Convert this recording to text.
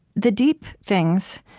the deep things,